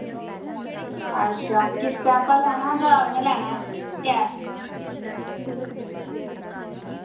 अच्छा किश्तें पर लैना जां इय्यां लैना ऐ कैश